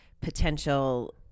potential